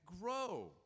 grow